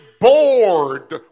bored